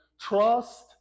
trust